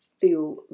feel